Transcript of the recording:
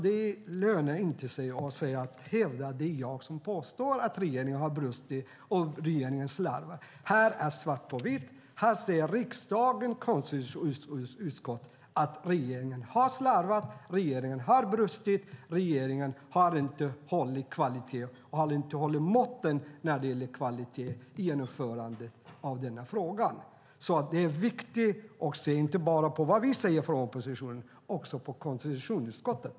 Det går inte att säga att det är jag som påstår att regeringen har brustit och att regeringen har slarvat. Här är svart på vitt. Här säger riksdagens konstitutionsutskott att regeringen har slarvat, att regeringen har brustit och att regeringen inte har hållit måttet när det gäller kvaliteten i genomförandet av denna fråga. Det är viktigt att inte bara lyssna på vad oppositionen säger i denna fråga utan också på konstitutionsutskottet.